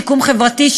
שיקום חברתי,